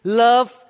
love